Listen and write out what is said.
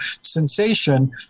sensation